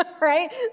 right